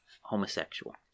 homosexual